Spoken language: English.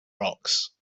rocks